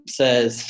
says